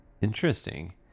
interesting